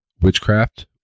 witchcraft